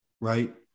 right